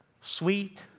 Sweet